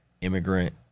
immigrant